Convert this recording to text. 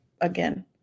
again